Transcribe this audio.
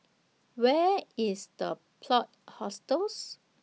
Where IS The Plot Hostels